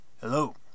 Hello